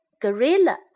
Gorilla